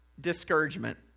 discouragement